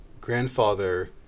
Grandfather